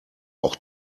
auch